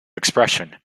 expression